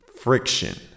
friction